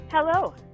Hello